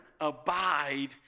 abide